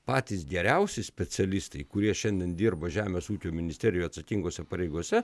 patys geriausi specialistai kurie šiandien dirba žemės ūkio ministerijoje atsakingose pareigose